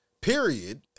period